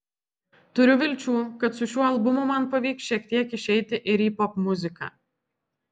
turiu vilčių kad su šiuo albumu man pavyks šiek tiek išeiti ir į popmuziką